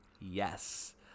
Yes